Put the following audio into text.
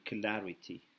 clarity